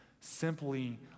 simply